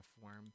Form